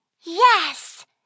Yes